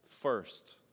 first